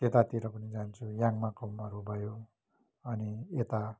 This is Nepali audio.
त्यतातिर पनि जान्छु याङ्माकुमहरू भयो अनि यता